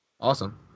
Awesome